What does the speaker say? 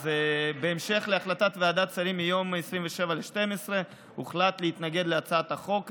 אז בהמשך להחלטת ועדת השרים מיום 27 בדצמבר הוחלט להתנגד להצעת החוק.